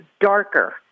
darker